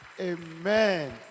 amen